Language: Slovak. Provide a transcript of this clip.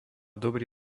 dobrý